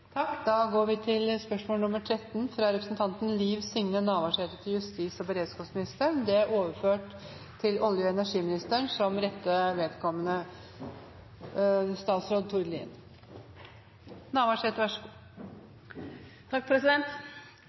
fra representanten Liv Signe Navarsete til justis- og beredskapsministeren, er overført til olje- og energiministeren som rette vedkommende.